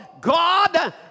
God